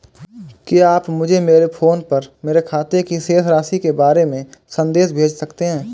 क्या आप मुझे मेरे फ़ोन पर मेरे खाते की शेष राशि के बारे में संदेश भेज सकते हैं?